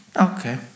Okay